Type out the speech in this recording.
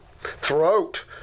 throat